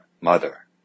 Mother